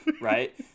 right